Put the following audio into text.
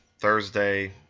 Thursday